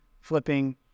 flipping